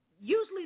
usually